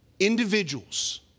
Individuals